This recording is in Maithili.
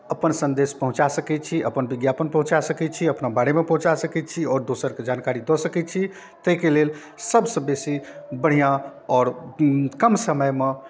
अपन संदेश पहुँचा सकैत छी अपन विज्ञापन पहुँचा सकै छी अपना बारेमे पहुँचा सकैत छी आओर दोसरके जानकारी दऽ सकैत छी ताहिके लेल सभसँ बेसी बढ़िआँ आओर कम समयमे